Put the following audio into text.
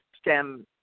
STEM